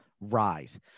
rise